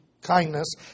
kindness